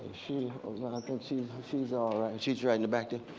she around? i think she's she's alright. and she's right in the back there?